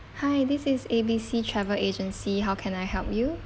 hi this is A B C travel agency how can I help you